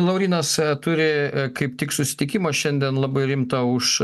laurynas turi kaip tik susitikimą šiandien labai rimtą už